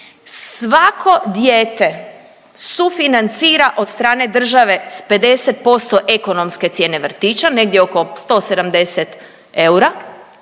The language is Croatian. svako dijete sufinancira od strane države s 50% ekonomske cijene vrtića, negdje oko 170 eura,